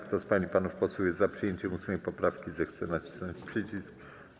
Kto z pań i panów posłów jest za przyjęciem 8. poprawki, zechce nacisnąć przycisk.